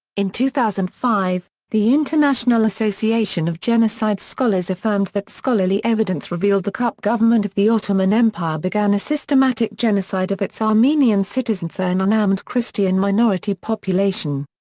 in two thousand and five, the international association of genocide scholars affirmed that scholarly evidence revealed the cup government of the ottoman empire began a systematic genocide of its armenian citizens ah an unarmed christian minority population.